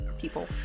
people